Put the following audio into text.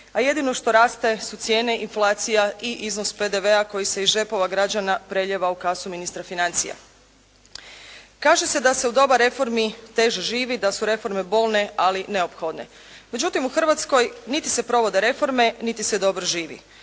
a jedino što raste su cijene inflacija i iznos PDV-a koji se iz džepova građana prelijeva u kasu ministra financija. Kaže se da se u doba reformi teže živi, da su reforme bolne, ali neophodne. Međutim u Hrvatskoj niti se provode reforme, niti se dobro živi.